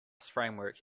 framework